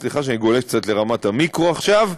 סליחה שאני גולש קצת לרמת המיקרו עכשיו,